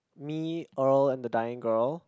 me Earl and the dining girl